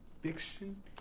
fiction